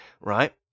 right